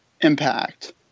impact